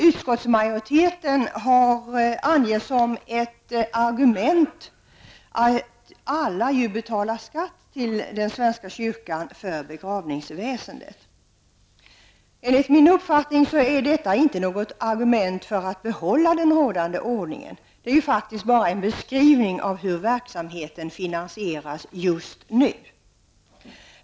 Utskottsmajoriteten anger som ett argument att alla ju betalar skatt till svenska kyrkan för begravningsväsendet. Enligt min uppfattning är detta inte något argument för att behålla den rådande ordningen; det är ju faktiskt bara en beskrivning av hur verksamheten finansieras just nu.